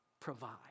provide